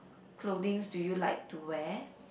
clothings do you like to wear